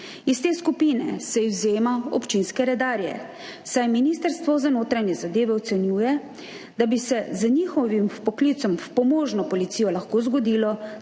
Iz te skupine se izvzema občinske redarje, saj Ministrstvo za notranje zadeve ocenjuje, da bi se z njihovim vpoklicem v pomožno policijo lahko zgodilo,